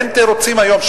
אין תירוצים היום,